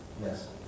Yes